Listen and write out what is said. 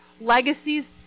Legacies